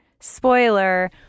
spoiler